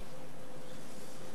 יחימוביץ.